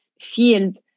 field